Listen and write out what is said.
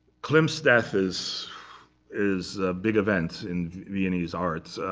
klimt's death is is a big event in viennese art.